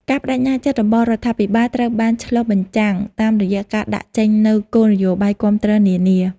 ការប្តេជ្ញាចិត្តរបស់រដ្ឋាភិបាល ត្រូវបានឆ្លុះបញ្ចាំងតាមរយៈការដាក់ចេញនូវគោលនយោបាយគាំទ្រនានា។